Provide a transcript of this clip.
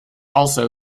also